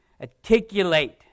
Articulate